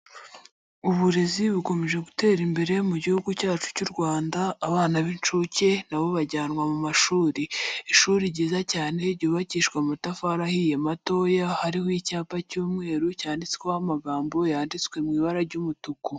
Uburezi bukomeje gutera imbere mu gihugu cyacu cy'u Rwanda, abana b'inshuke nabo bajyanwa mu mashuri. lshuri ryiza cyane ryubakishwe amatafari ahiye matoya, hariho icyapa cy'umweru cyanditseho amagambo yanditswe mu ibara ry'umutuku.